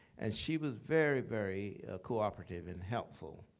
and she was very, very cooperative and helpful.